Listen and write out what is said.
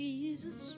Jesus